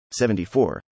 74